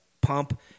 pump